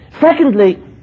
Secondly